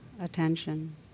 attention